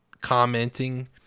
commenting